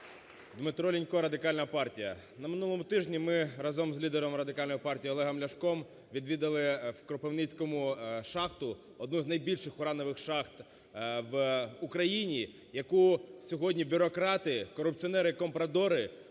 Дмитро Лінько, Радикальна партія. На минулому тижні ми разом з лідером Радикальної партії Олегом Ляшком відвідали в Кропивницькому шахту, одну з найбільших уранових шахт в Україні, яку сьогодні бюрократи, корупціонери і компрадори